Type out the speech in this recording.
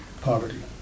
poverty